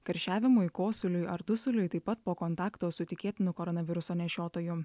karščiavimui kosuliui ar dusuliui taip pat po kontakto su tikėtinu koronaviruso nešiotoju